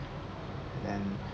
and then